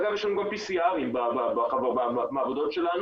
אגב, יש לנו גם PCR במעבדות שלנו.